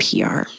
PR